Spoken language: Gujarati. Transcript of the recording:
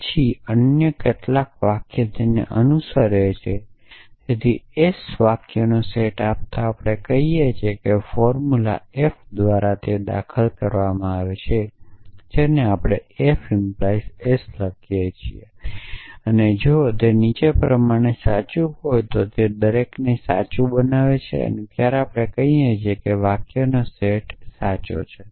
પછી અન્ય કેટલાક વાક્ય તેને અનુસરે છે તેથી s વાક્યોનો સેટ આપતાં આપણે કહીએ છીએ કે ફોર્મુલા f દ્વારા તે દાખલ કરવામાં આવે છે જેને આપણે f - s લખીએ છીએ અને જો નીચે પ્રમાણે સાચું હોય તો તે દરેકને સાચું બનાવે છે અને ત્યારે આપણે કહીએ છીએ વાક્યોનો સેટ સાચો છે